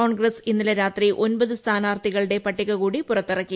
കോൺഗ്രസ്സ് ഇന്നലെ രാത്രി ഒൻപത് സ്ഥാനാർത്ഥികളുടെ പട്ടിക കൂടി പുറത്തിറക്കി